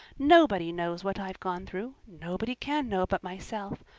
nobody knows what i've gone through nobody can know but myself.